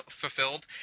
fulfilled